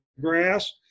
grass